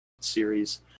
series